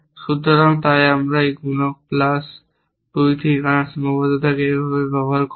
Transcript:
সুতরাং আমরা তাই আমরা এই 3টি গুণক প্লাস 2 ঠিকানার সীমাবদ্ধতাকে এভাবে বর্ণনা করি